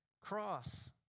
Cross